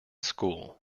school